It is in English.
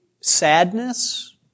sadness